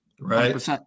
Right